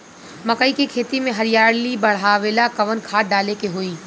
मकई के खेती में हरियाली बढ़ावेला कवन खाद डाले के होई?